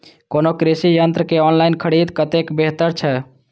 कोनो कृषि यंत्र के ऑनलाइन खरीद कतेक बेहतर छै?